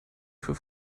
für